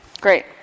Great